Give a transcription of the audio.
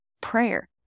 prayer